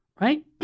Right